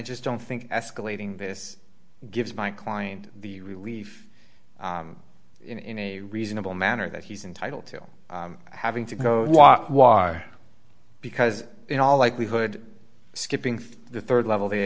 just don't think escalating this gives my client the relief in a reasonable manner that he's entitled to having to walk why because in all likelihood skipping the rd level the